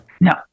No